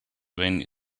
when